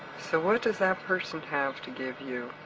so what does that person have to give you,